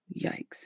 Yikes